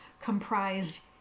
comprised